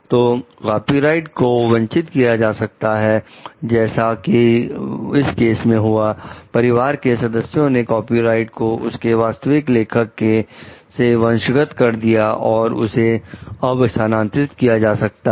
तो कॉपीराइट को वंचित किया जा सकता है जैसा कि इस केस में हुआ परिवार के सदस्यों ने कॉपीराइट को उसके वास्तविक लेखक से वंश गत कर लिया और उसे अब स्थानांतरित किया जा सकता है